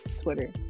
twitter